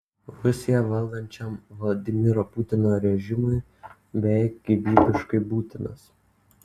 rusiją valdančiam vladimiro putino režimui beveik gyvybiškai būtinas